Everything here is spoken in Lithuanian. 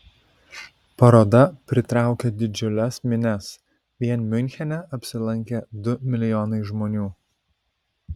paroda pritraukė didžiules minias vien miunchene apsilankė du milijonai žmonių